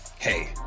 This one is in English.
Hey